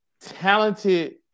talented